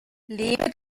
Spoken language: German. lebe